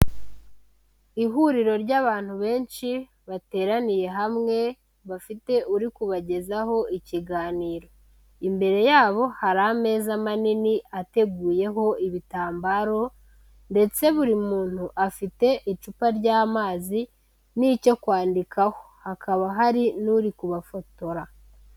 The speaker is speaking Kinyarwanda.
Ihuriro ry'abantu benshi bateraniye hamwe bafite uri kubagezaho ikiganiro. Imbere yabo hari ameza manini ateguyeho ibitambaro ndetse buri muntu afite icupa ry'amazi n'icyo kwandikaho. Hakaba hari n'uri kubafotora.